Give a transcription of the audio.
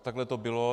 Takhle to bylo.